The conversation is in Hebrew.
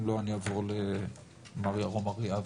אם לא אני אעבור למר ירום אריאב,